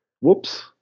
Whoops